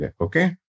Okay